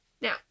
now